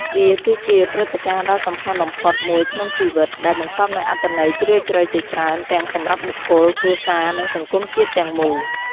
វាគឺជាព្រឹត្តិការណ៍ដ៏សំខាន់បំផុតមួយក្នុងជីវិត ដែលបង្កប់នូវអត្ថន័យជ្រាលជ្រៅជាច្រើន ទាំងសម្រាប់បុគ្គល គ្រួសារ និងសង្គមជាតិទាំងមូល។